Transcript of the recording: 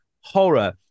horror